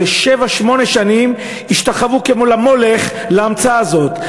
הרי שבע-שמונה שנים השתחוו כמו למולך להמצאה הזאת.